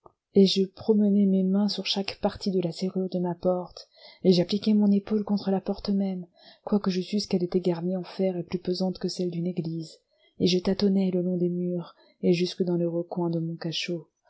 et je promenai mes mains sur chaque partie de la serrure de ma porte et j'appliquai mon épaule contre la porte même quoique je susse qu'elle était garnie en fer et plus pesante que celle d'une église et je tâtonnai le long des murs et jusque dans le recoin de mon cachot